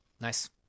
Nice